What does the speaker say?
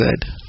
good